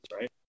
right